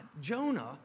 Jonah